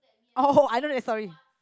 oh I don't have sorry